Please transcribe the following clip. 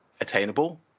attainable